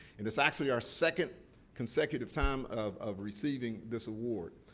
it's actually our second consecutive time of of receiving this award.